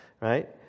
Right